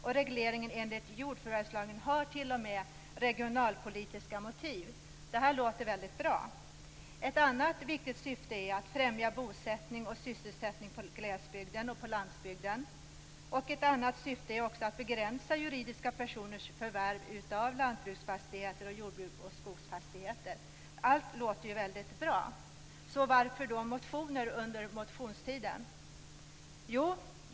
Regleringen enligt jordförvärvslagen har t.o.m. regionalpolitiska motiv. Det låter bra. Ett annat viktigt syfte är att främja bosättning och sysselsättning för glesbygden och landsbygden. Ett annat syfte är att begränsa juridiska personers förvärv av lantbruksfastigheter och jordbruks och skogsfastigheter. Allt låter bra. Varför har då motioner väckts under allmänna motionstiden?